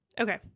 Okay